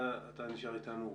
אתה נשאר איתנו.